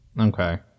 Okay